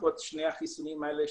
לפחות שני החיסונים האלה,